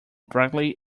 brightly